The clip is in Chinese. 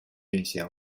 运行